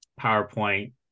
PowerPoint